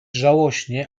żałośnie